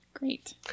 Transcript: Great